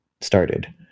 started